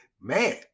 Man